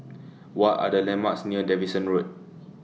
What Are The landmarks near Davidson Road